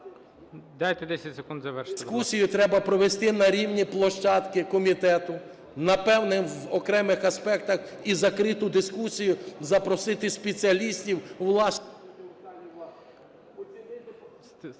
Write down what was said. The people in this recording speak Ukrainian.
Дайте 10 секунд завершити.